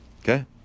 Okay